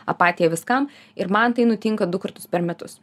apatija viskam ir man tai nutinka du kartus per metus